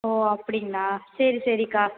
ஓ அப்படிங்களா சரி சரிக்கா